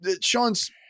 sean's